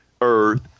Earth